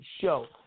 show